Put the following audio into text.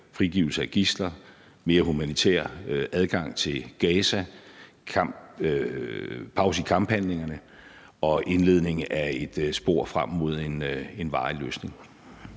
frigivelse af gidsler og der kommer mere humanitær adgang til Gaza, pause i kamphandlingerne og indledning af et spor frem mod en varig løsning.